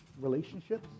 relationships